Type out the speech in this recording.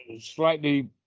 slightly